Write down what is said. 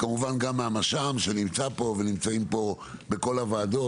כמובן גם מהנש"מ שנמצא פה ונמצאים פה בכל הוועדות,